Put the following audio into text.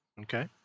Okay